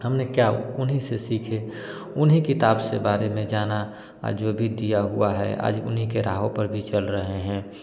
हमने क्या उन्हीं से सीखे उन्हीं किताब से बारे में जाना जो भी दिया हुआ है आज उन्हीं के राहों पर भी चल रहे हैं